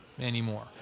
anymore